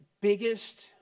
biggest